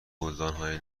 گلدانهای